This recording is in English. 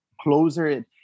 closer